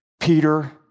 Peter